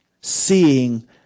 seeing